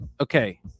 Okay